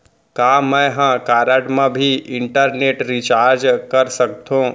का मैं ह कारड मा भी इंटरनेट रिचार्ज कर सकथो